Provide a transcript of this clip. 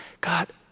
God